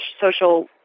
social